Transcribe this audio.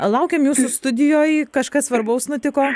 laukėm jūsų studijoj kažkas svarbaus nutiko